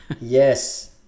Yes